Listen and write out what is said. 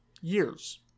years